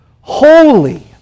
Holy